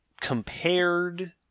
compared